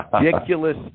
ridiculous